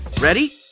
Ready